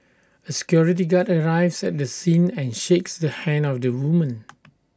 A security guard arrives at the scene and shakes the hand of the woman